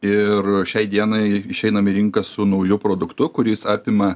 ir šiai dienai išeinam į rinką su nauju produktu kuris apima